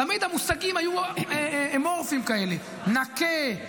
תמיד המושגים היו אמורפיים כאלה: "נכה",